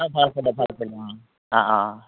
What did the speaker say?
ভাল কৰিলে ভাল কৰিলে অঁ অঁ অঁ